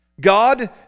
God